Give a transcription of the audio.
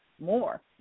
more